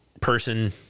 person